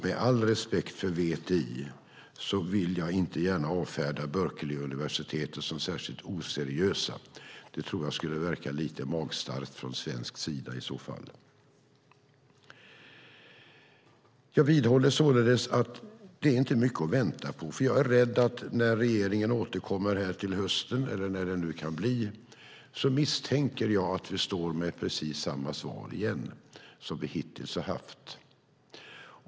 Med all respekt för VTI vill jag inte gärna avfärda Berkeleyuniversitetet som särskilt oseriöst. Det tror jag skulle verka lite magstarkt från svensk sida i så fall. Jag vidhåller således att det inte är mycket att vänta på, för jag misstänker att när regeringen återkommer till hösten, eller när det nu kan bli, står vi med precis samma svar igen som vi hittills har fått.